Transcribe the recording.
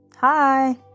Hi